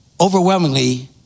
overwhelmingly